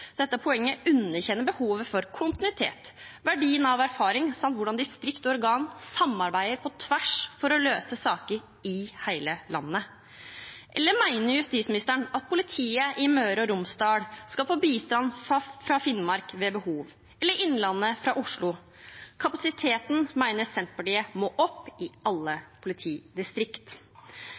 Dette poenget underkjenner behovet for kontinuitet og verdien av erfaring samt hvordan distrikter og organer samarbeider på tvers for å løse saker i hele landet. Eller mener justisministeren at politiet i Møre og Romsdal skal få bistand fra Finnmark ved behov? Eller Innlandet fra Oslo? Kapasiteten, mener Senterpartiet, må opp i alle